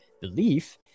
belief